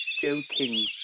joking